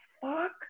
fuck